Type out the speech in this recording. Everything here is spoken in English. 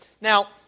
Now